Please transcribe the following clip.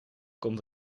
komt